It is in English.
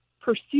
pursue